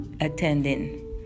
attending